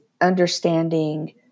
understanding